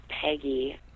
Peggy